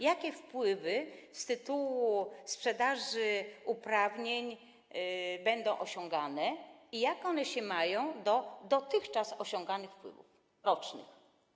Jakie wpływy z tytułu sprzedaży uprawnień będą osiągane i jak one się mają do dotychczas osiąganych wpływów rocznych?